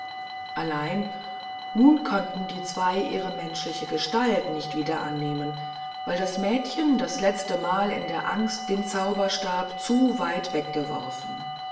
allein nun konnten die zwei ihre menschliche gestalt nicht wieder annehmen weil das mädchen das letztemal in der angst den zauberstab zu weit weggeworfen